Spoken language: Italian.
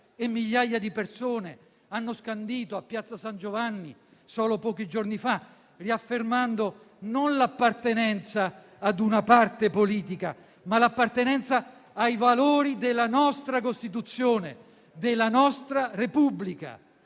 e migliaia di persone hanno scandito a Piazza San Giovanni solo pochi giorni fa, riaffermando l'appartenenza non a una parte politica, ma l'appartenenza ai valori della nostra Costituzione, della nostra Repubblica.